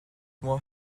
moi